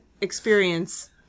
experience